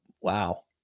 wow